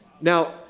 Now